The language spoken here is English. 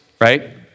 right